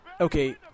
okay